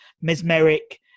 Mesmeric